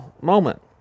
moment